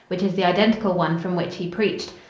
which is the identical one from which he preached.